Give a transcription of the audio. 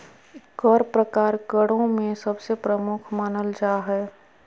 कर प्रकार करों में सबसे प्रमुख मानल जा हय